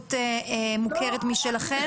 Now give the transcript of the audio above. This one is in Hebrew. התאגדות מוכרת משלכם?